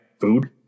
food